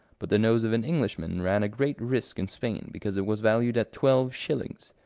but the nose of an englishman ran a great risk in spain, because it was valued at twelve shillings.